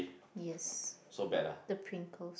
yes the Pringles